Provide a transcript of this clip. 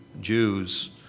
Jews